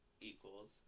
equals